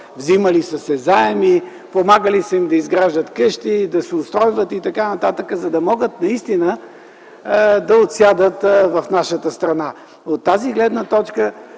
Вземали са се заеми, помагали са им да изграждат къщи, да се устройват и т.н., за да могат наистина да отсядат в нашата страна. Заострям вниманието на